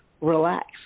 relax